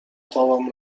تاپم